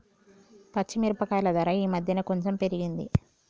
పచ్చి మిరపకాయల ధర ఈ మధ్యన కొంచెం పెరిగింది